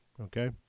okay